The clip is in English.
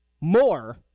more